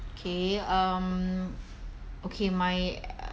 okay um okay my